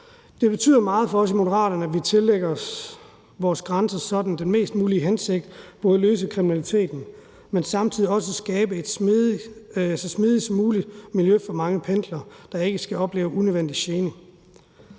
Det betyder meget for os i Moderaterne, at vi indretter vores grænsekontroller på den mest hensigtsmæssige måde, både for at håndtere kriminaliteten, men samtidig også for at skabe et så smidigt som muligt miljø for mange pendlere, der ikke skal opleve unødvendig gene.